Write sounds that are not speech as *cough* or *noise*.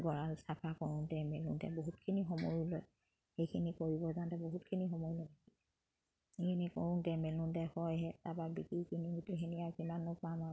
গঁৰাল চাফা কৰোঁতে মেলোঁতে বহুতখিনি সময়ো লয় সেইখিনি পৰিৱৰ্তনতে বহুতখিনি সময় লয় সেইখিনি কৰোঁতে মেলোঁতে *unintelligible* সেনেকে আৰু কিমানো পাম আৰু